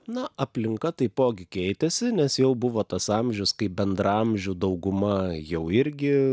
na aplinka taipogi keitėsi nes jau buvo tas amžius kai bendraamžių dauguma jau irgi